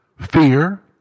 Fear